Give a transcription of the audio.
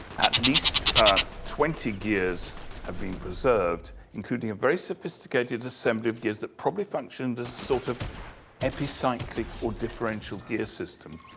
at least twenty gears have been preserved, including a very sophisticated assembly of gears that probably functioned as sort of epicyclic or differential gear system.